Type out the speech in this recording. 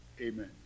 Amen